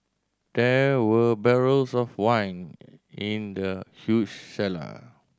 there were barrels of wine in the huge cellar